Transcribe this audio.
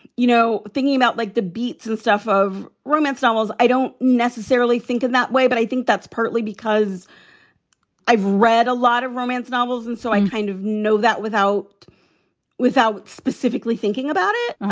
you know, thinking about, like the beats and stuff of romance novels, i don't necessarily think in that way. but i think that's partly because i've read a lot of romance novels. and so i kind of know that without without specifically thinking about it.